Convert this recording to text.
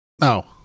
No